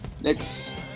next